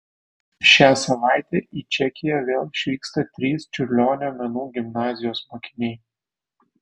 šią savaitę į čekiją vėl išvyksta trys čiurlionio menų gimnazijos mokiniai